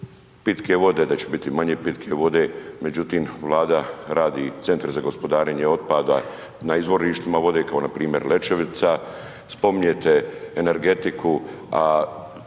pitke vode da će biti manje pitke vode, međutim Vlada radi centre za gospodarenje otpada na izvorištima vode kao npr. Lećevica, spominjete energetiku